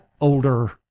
older